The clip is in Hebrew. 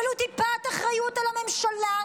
ואין ולו טיפת אחריות על הממשלה,